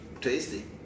tasty